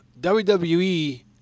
WWE